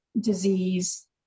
disease